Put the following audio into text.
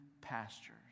pastures